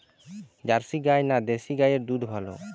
Jersey গাই না দেশী গাইয়ের দুধ ভালো?